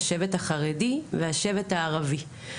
השבט החרדי והשבט הערבי.